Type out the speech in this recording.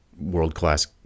world-class